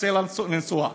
ורוצה לנסוע.